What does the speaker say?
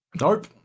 Nope